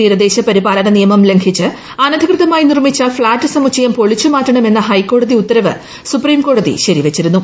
തീരദേശ പരിപാലന നിയമം ലംഘിച്ച് അനധികൃതമായി നിർമ്മിച്ച ഫ്ളാറ്റ് സമുച്ചയം പൊളിച്ചുമാറ്റണമെന്ന ഹൈക്കോടതി ഉത്തരവ് സുപ്രീംകോടതി ശരിവച്ചിരുന്നു